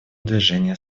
движение